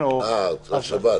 שבת?